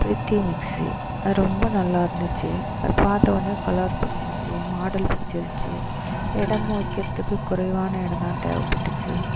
Preethi mixie அது ரொம்ப நல்லா இருந்திச்சு அது பார்த்த ஒன்றே கலர் பிடிச்சிருந்திச்சி மாடல் பிடிச்சிருந்துச்சி இடமும் வைக்கிறதுக்கு குறைவான இடந்தான் தேவைப்பட்டுச்சி